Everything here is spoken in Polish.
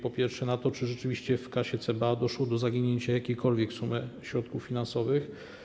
Po pierwsze, czy rzeczywiście w kasie CBA doszło do zaginięcia jakiejkolwiek sumy środków finansowych?